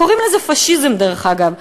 קוראים לזה פאשיזם, דרך אגב.